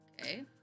Okay